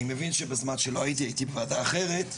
אני מבין שבזמן שלא הייתי, הייתי בוועדה אחרת,